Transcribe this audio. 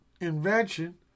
invention